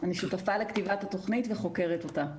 שותפה לכתיבת התוכנית וחוקרת אותה.